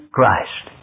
Christ